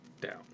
down